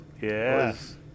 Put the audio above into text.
Yes